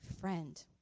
friend